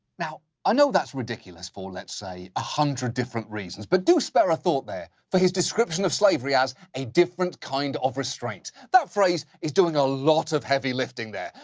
now, i know that's ridiculous for, let's say, a hundred different reasons, but do spare a thought there for his description slavery as a different kind of restraint. that phrase is doing a lot of heavy lifting there.